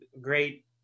great